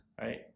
Right